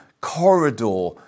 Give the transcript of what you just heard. corridor